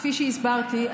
כפי שהסברתי,